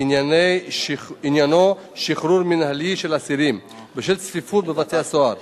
עניינו שחרור מינהלי של אסירים בשל צפיפות בבתי-הסוהר.